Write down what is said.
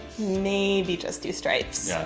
maybe just do stripes.